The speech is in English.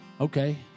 Okay